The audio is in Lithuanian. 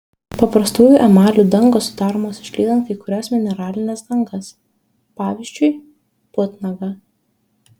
paprastųjų emalių dangos sudaromos išlydant kai kurias mineralines dangas pavyzdžiui putnagą